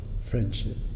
friendship